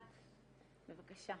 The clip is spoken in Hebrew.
בבקשה.